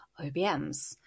OBMs